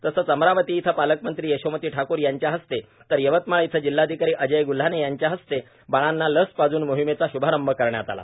तसच अमरावती इथं पालक मंत्री यशोमती ठाकूर यांच्या हस्ते तर यवतमाळ इथं जिल्हाधिकारी अजय ग्ल्हाने यांच्या हस्ते बाळांना लस पाजून मोहिमेचा श्भारंभ करण्यात आला